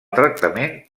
tractament